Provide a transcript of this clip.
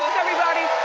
everybody,